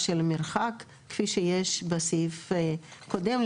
הגדרה של מרחק כפי שיש בסעיף הקודם,